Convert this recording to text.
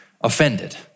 offended